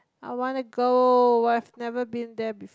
I wanna go I've never been there before